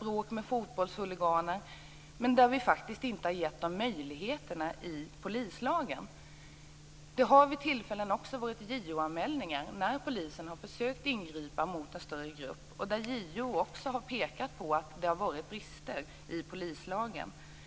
bråk med fotbollshuliganer, men vi har faktiskt inte givit polisen möjlighet att göra detta i polislagen. När polisen har försökt ingripa mot en större grupp har det vid olika tillfällen skett JO anmälningar. JO har pekat på att det har funnits brister i polislagen.